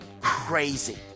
Crazy